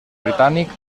britànic